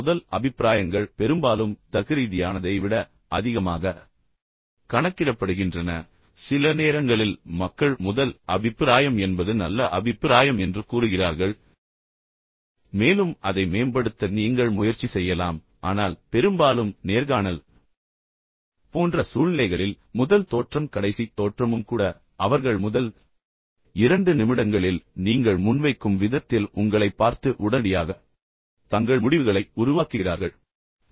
முதல் அபிப்பிராயங்கள் பெரும்பாலும் தர்க்கரீதியானதை விட அதிகமாக கணக்கிடப்படுகின்றன எனவே சில நேரங்களில் மக்கள் முதல் அபிப்பிராயம் என்பது நல்ல அபிப்பிராயம் என்று கூறுகிறார்கள் மேலும் அதை மேம்படுத்த நீங்கள் முயற்சி செய்யலாம் ஆனால் பெரும்பாலும் நேர்காணல் போன்ற சூழ்நிலைகளில் முதல் தோற்றம் கடைசி தோற்றமும் கூட அவர்கள் முதல் இரண்டு நிமிடங்களில் நீங்கள் முன்வைக்கும் விதத்தில் உங்களைப் பார்த்து உடனடியாக தங்கள் முடிவுகளை உருவாக்குகிறார்கள்